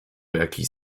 jakiś